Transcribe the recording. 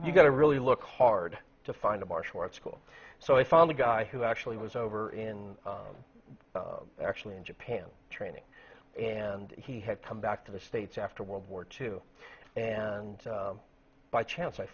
you've got to really look hard to find a martial arts school so i found a guy who actually was over in actually in japan training and he had come back to the states after world war two and by chance i